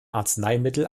arzneimittel